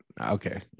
Okay